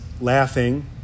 laughing